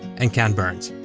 and ken burns.